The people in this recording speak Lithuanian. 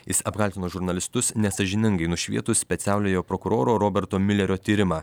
jis apkaltino žurnalistus nesąžiningai nušvietus specialiojo prokuroro roberto miulerio tyrimą